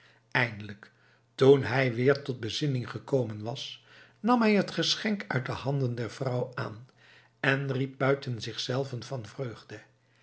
eindelijk toen hij weer tot bezinning gekomen was nam hij het geschenk uit de handen der vrouw aan en riep buiten zich zelven van vreugde